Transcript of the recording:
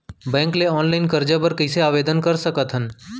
Bank ले online करजा बर कइसे आवेदन कर सकथन?